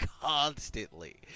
constantly